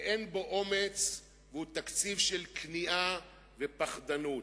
ואין בו אומץ, והוא תקציב של כניעה ופחדנות.